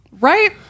right